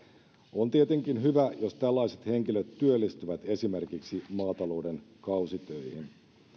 on tietenkin hyvä jos tällaiset henkilöt työllistyvät esimerkiksi maatalouden kausitöihin